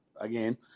Again